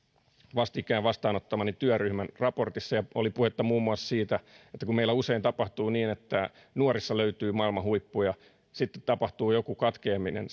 vastikään vastaanottamassani työryhmän raportissa oli puhetta muun muassa siitä että kun meillä usein tapahtuu niin että nuorissa löytyy maailman huippuja sitten tapahtuu joku katkeaminen